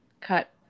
cut